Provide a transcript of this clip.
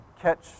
catch